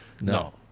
No